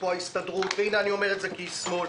יש פה את ההסתדרות והנה אני אומר את זה כאיש שמאל